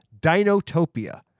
Dinotopia